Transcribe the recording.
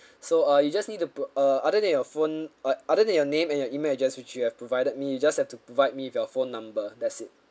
so uh you just need to put uh other than your phone uh other than your name and your email address which you have provided me you just have to provide me with your phone number that's it